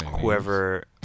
whoever